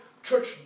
Church